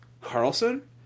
Carlson